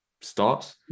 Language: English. starts